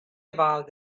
about